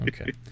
okay